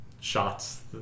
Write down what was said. shots